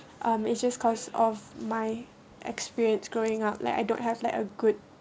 um it's just cause of my experience growing up like I don't have like a good